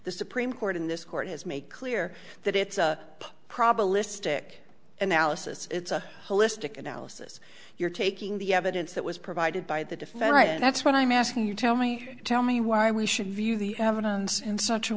the supreme court in this court has made clear that it's a probabilistic analysis it's a holistic analysis you're taking the evidence that was provided by the defendant and that's what i'm asking you tell me tell me why we should view the evidence in such a